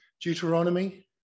Deuteronomy